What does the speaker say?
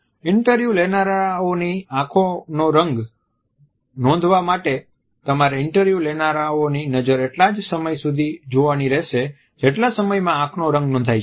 interview લેનારાઓની આંખોનો રંગ નોંધાવવા માટે તમારે ઇન્ટરવ્યુ લેનારાઓની નજર એટલા જ સમય સુધી જોવાની રહેશે જેટલા સમયમાં આંખનો રંગ નોંધાય જાય